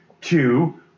two